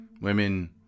women